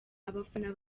abafana